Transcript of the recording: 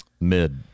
Mid